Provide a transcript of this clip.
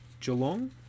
Geelong